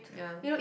yeah